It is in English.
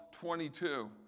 22